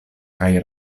kaj